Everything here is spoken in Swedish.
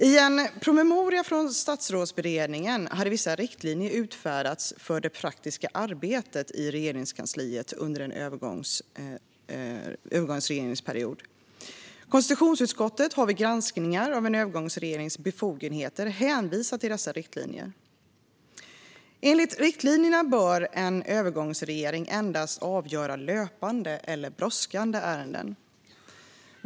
I en promemoria från Statsrådsberedningen hade vissa riktlinjer utfärdats för det praktiska arbetet i Regeringskansliet under en övergångsregeringsperiod. Konstitutionsutskottet har vid granskningar av en övergångsregerings befogenheter hänvisat till dessa riktlinjer. Enligt riktlinjerna bör en övergångsregering endast avgöra löpande eller brådskande ärenden.